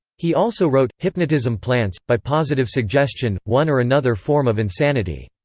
he also wrote hypnotism plants, by positive suggestion, one or another form of insanity.